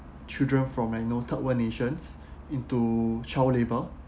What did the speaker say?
children from I know third world nations into child labour